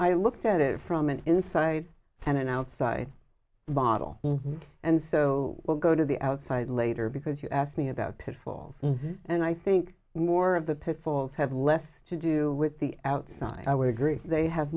i looked at it from an inside and an outside model and so we'll go to the outside later because you asked me about pitfalls and i think more of the pitfalls have less to do with the outside i would agree they have